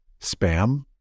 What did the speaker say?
spam